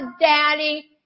daddy